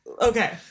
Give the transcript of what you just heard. Okay